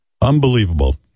Unbelievable